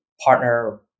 partner